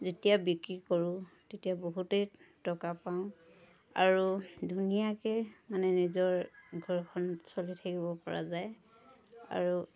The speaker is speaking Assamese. যেতিয়া বিক্ৰী কৰোঁ তেতিয়া বহুতেই টকা পাওঁ আৰু ধুনীয়াকৈ মানে নিজৰ ঘৰখন চলি থাকিব পৰা যায় আৰু